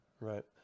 Right